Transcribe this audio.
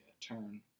turn